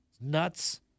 Nuts